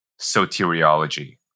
soteriology